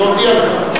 אתה רוצה קריאת ביניים?